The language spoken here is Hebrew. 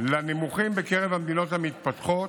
לנמוכים בקרב המדינות המתפתחות,